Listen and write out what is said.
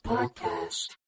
Podcast